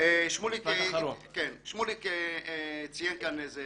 שמוליק ציין כאן איזה